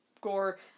Gore